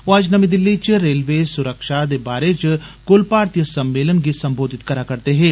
ओ अज्ज नमीं दिल्ली च रेलवे सुरक्षा दे बारे च कुल भारती सम्मेलन गी सम्बोधित करै करदे हे